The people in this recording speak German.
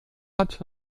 hat